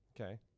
Okay